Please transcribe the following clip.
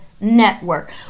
network